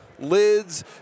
Lids